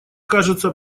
кажется